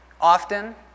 Often